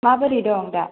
माबोरै दं दा